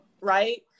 Right